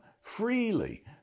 freely